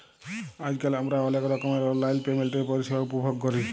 আইজকাল আমরা অলেক রকমের অললাইল পেমেল্টের পরিষেবা উপভগ ক্যরি